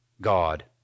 God